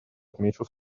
отмечу